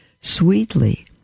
sweetly